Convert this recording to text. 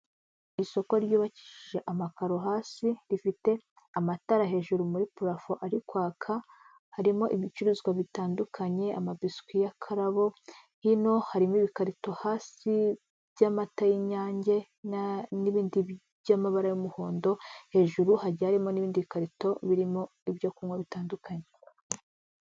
Isoko ryubakishije amakaro hasi, rifite amatara hejuru muri purafo ari kwaka, harimo ibicuruzwa bitandukanye amabiswi y'akarabo, hino harimo ibikarito hasi by'amata y'Inyange n'ibindi by'amabara y'umuhondo, hejuru hagiye hari n'ibindi bikarito birimo ibyo kunywa bitandukanye.